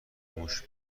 موش